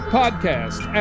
podcast